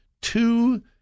two